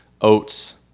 Oats